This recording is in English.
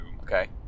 Okay